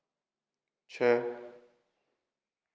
छः